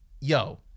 Yo